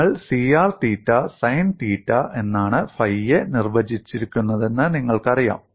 നിങ്ങൾ C r theta sine theta എന്നാണ് phi യെ നിർവചിച്ചിരിക്കുന്നതെന്ന് നിങ്ങൾക്കറിയാം